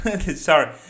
sorry